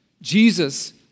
Jesus